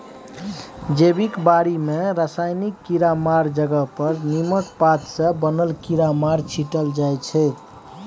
जैबिक बारी मे रासायनिक कीरामारक जगह पर नीमक पात सँ बनल कीरामार छीटल जाइ छै